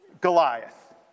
Goliath